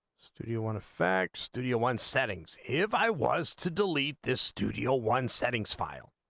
studio one affect studio one settings if i was to delete this studio one settings file